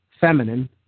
feminine